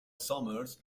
summers